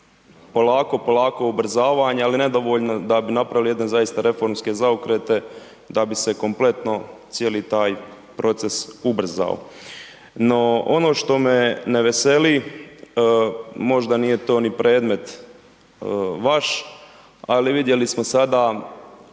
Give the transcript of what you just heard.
polako, polako ubrzavanje, ali nedovoljno da bi napravili jedne zaista reformske zaokrete da bi se kompletno cijeli taj proces ubrzao. No ono što me ne veseli, možda nije to ni predmet vaš, ali vidjeli smo sada